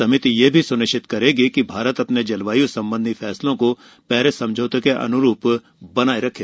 समिति यह भी सुनिश्चित करेगी कि भारत अपने जलवायु संबंधी फैसलों को पेरिस समझौते के अनुरूप बनाये रखे